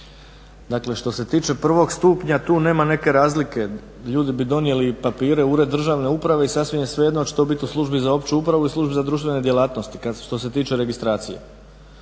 Dakle, što se tiče prvog stupnja tu nema neke razlike. Ljudi bi donijeli papire u Ured državne uprave i sasvim je svejedno hoće li to biti u Službi za opću upravu ili Službi za društvene djelatnosti što se tiče registracije.